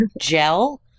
gel